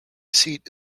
seat